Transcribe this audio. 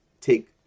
take